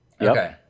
Okay